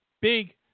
big